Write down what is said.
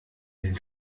den